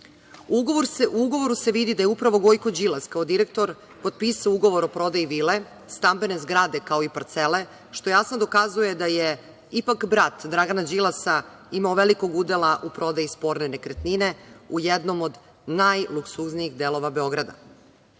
U ugovoru se vidi da je upravo Gojko Đilas kao direktor potpisao ugovor o prodaji vile, stambene zgrade kao i parcele, što jasno dokazuje da je ipak brat Dragana Đilasa imao velikog udela u prodaji sporne nekretnine u jednom od najluksuznijih delova